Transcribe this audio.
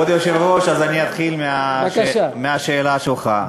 כבוד היושב-ראש, אתחיל בשאלה שלך.